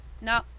No